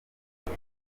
ibi